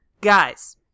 Guys